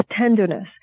tenderness